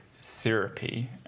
syrupy